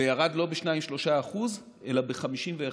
וירד לא ב-2%-3% אלא ב-51%,